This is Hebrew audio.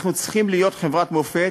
אנחנו צריכים להיות חברת מופת,